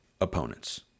opponents